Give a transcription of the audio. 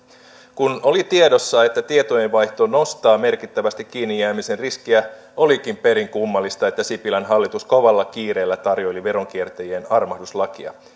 kun oli tiedossa että tietojenvaihto nostaa merkittävästi kiinnijäämisen riskiä olikin perin kummallista että sipilän hallitus kovalla kiireellä tarjoili veronkiertäjien armahduslakia